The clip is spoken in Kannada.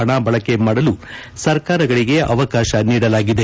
ಹಣ ಬಳಕೆ ಮಾಡಲು ಸರ್ಕಾರಗಳಿಗೆ ಅವಕಾಶ ನೀಡಲಾಗಿದೆ